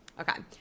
Okay